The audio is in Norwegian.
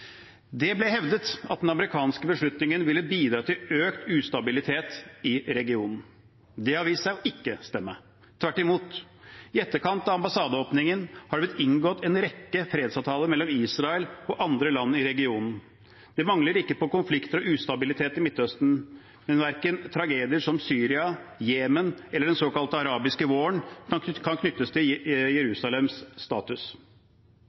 Det ble hevdet at den amerikanske beslutningen ville bidra til økt ustabilitet i regionen. Det har vist seg å ikke stemme. Tvert imot – i etterkant av ambassadeåpningen har det blitt inngått en rekke fredsavtaler mellom Israel og andre land i regionen. Det er ikke mangel på konflikter og ustabilitet i Midtøsten, men verken tragedier som i Syria, i Jemen eller den såkalte arabiske våren kan knyttes til Jerusalems status.